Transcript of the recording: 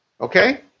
Okay